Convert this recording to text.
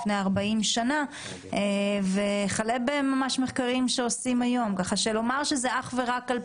כל פעולה בקנאביס נחשבת לפעולה